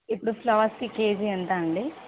ఇప్పుడు ఫ్లవర్స్కి కేజీ ఎంత అండి